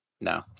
No